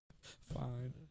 Fine